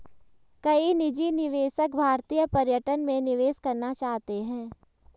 कई निजी निवेशक भारतीय पर्यटन में निवेश करना चाहते हैं